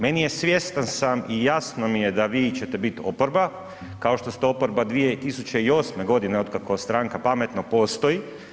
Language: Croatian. Meni je, svjestan sam i jasno mi je da vi ćete biti oporba, kao što ste oporba 2008. g. otkako stranka Pametno postoji.